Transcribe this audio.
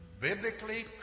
Biblically